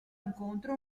incontro